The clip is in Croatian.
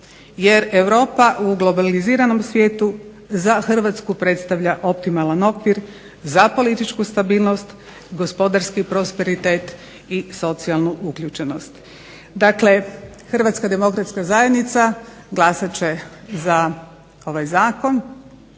jer Europa u globaliziranom svijetu za Hrvatsku predstavlja optimalan okvir, za političku stabilnost, gospodarski prosperitet i socijalnu uključenost. Dakle, HDZ-a glasat će za ovaj zakon,